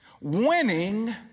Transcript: Winning